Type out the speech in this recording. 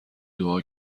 دعا